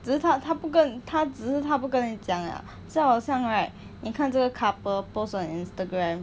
只是他他不跟他只是他不跟你讲 lah 就好像 right 你看这个 couple post on instagram